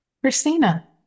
Christina